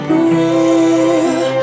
Breathe